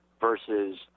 versus